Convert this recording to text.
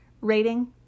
rating